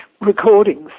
recordings